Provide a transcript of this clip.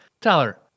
Tyler